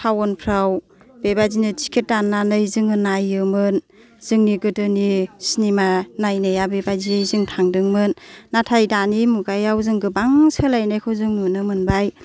टावनफ्राव बेबायदिनो टिकेट दाननानै जोङो नायोमोन जोंनि गोदोनि सिनिमा नायनाया बेबायदि जों थांदोंमान नाथाय दानि मुगायाव जों गोबां सोलायनायखौ जों नुनो मोनबाय